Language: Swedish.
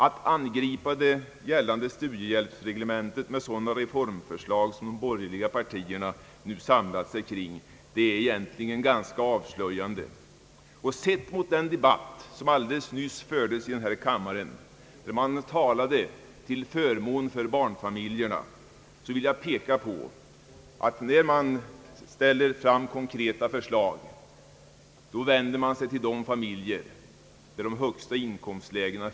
Att angripa det gällande studiehjälpsreglementet med sådana reformförslag som dem de borgerliga partierna har samlat sig kring är egentligen ganska avslöjande. Och sett mot bakgrund av den debatt, som alldeles nyss fördes i denna kammare och där man talade till förmån för barnfamiljerna, vill jag påpeka att man med sina förslag vänder sig till de familjer som i detta sammanhang befinner sig i de »högsta inkomstlägena».